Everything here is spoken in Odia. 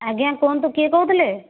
ଆଜ୍ଞା କୁହନ୍ତୁ କିଏ କହୁଥିଲେ